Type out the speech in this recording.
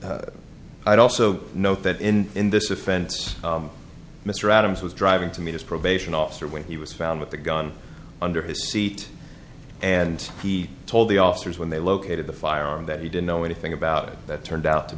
i'd also note that in in this offense mr adams was driving to meet his probation officer when he was found with the gun under his seat and he told the officers when they located the firearm that he didn't know anything about it that turned out to